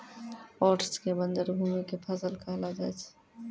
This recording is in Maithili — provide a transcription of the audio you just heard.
ओट्स कॅ बंजर भूमि के फसल कहलो जाय छै